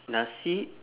nasi